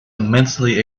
immensely